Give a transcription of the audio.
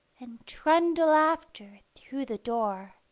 and trundle after through the door.